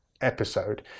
episode